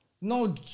no